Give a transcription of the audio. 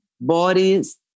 Bodies